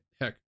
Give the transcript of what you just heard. heck